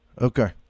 Okay